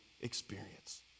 experience